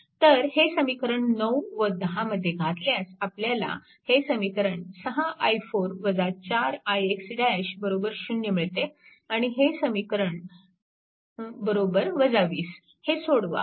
तर हे समीकरण 9 व 10 मध्ये घातल्यास आपल्याला हे समीकरण 6i4 4ix 0 मिळते आणि हे समीकरण 20